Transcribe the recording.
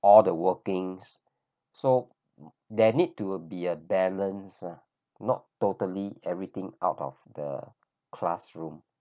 all the workings so there need to be a balance uh not totally everything out of the classroom